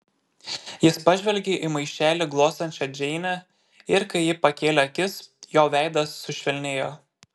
jis pažvelgė į maišelį glostančią džeinę ir kai ji pakėlė akis jo veidas sušvelnėjo